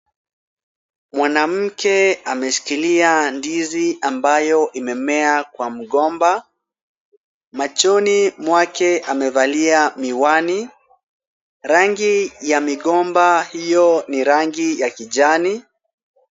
Mwanamke ameshikilia ndizi ambayo imemea kwa mgomba. Machoni mwake amevalia miwani. Rangi ya migomba hiyo ni rangi ya kijani.